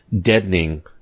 deadening